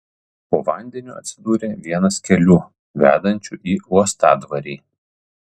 po vandeniu atsidūrė vienas kelių vedančių į uostadvarį